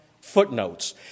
footnotes